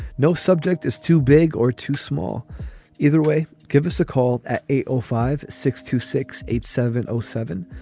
no subject is too big or too small either way. give us a call at eight or five six two six eight seven zero ah seven.